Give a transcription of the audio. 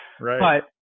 Right